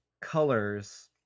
colors